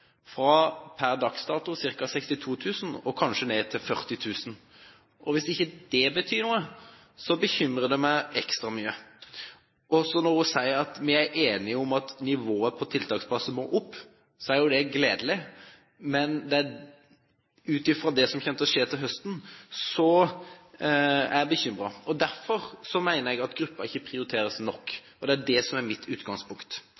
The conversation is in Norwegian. fra per dags dato ca. 62 000 og kanskje ned til 40 000. Hvis ikke det betyr noe, bekymrer det meg ekstra mye. Når hun sier at vi er enige om at nivået på tiltaksplasser må opp, er det gledelig, men ut ifra det som kommer til å skje til høsten, er jeg bekymret. Derfor mener jeg at gruppen ikke prioriteres nok. Det er det som er mitt utgangspunkt.